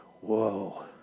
whoa